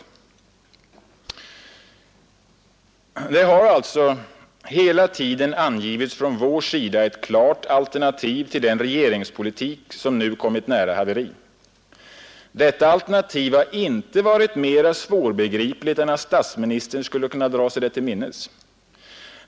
2 december 1971 Det har alltså hela tiden angivits från vår sida ett klart alternativ till, ——— den regeringspolitik som nu kommit nära haveri. Detta alternativ till har A”8. förhandlingarinte varit mera svårbegripligt än att statsministern skulle kunna dra sig "4 mellan Sverige det till minnes.